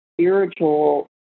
spiritual